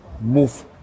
move